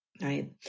Right